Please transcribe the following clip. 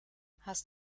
hast